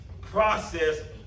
process